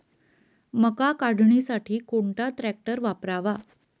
मका काढणीसाठी कोणता ट्रॅक्टर वापरावा?